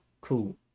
cool